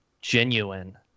genuine